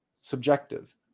subjective